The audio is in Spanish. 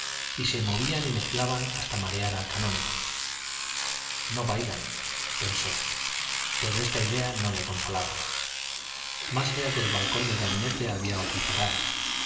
y se movían y mezclaban hasta marear al canónigo no bailan pensó pero esta idea no le consolaba más allá del balcón del gabinete había otro cerrado